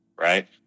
right